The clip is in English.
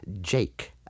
Jake